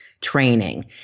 training